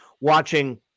watching